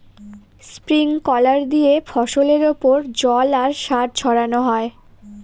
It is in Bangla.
স্প্রিংকলার দিয়ে ফসলের ওপর জল আর সার ছড়ানো হয়